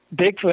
Bigfoot